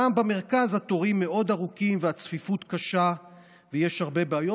גם במרכז התורים מאוד ארוכים והצפיפות קשה ויש הרבה בעיות.